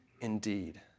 indeed